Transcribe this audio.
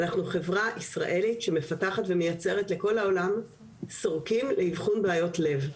אנחנו חברה ישראלית שמפתחת ומייצרת לכל העולם סורקים לאבחון בעיות לב.